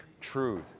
truth